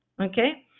okay